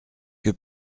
que